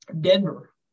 Denver